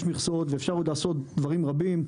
יש מכסות ואפשר לעשות עוד דברים רבים.